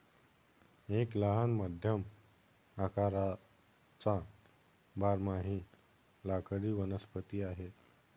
एक लहान मध्यम आकाराचा बारमाही लाकडी वनस्पती आहे